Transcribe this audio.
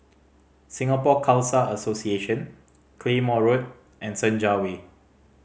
Singapore Khalsa Association Claymore Road and Senja Way